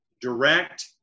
direct